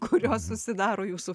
kurios susidaro jūsų